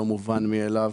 זה לא מובן מאליו.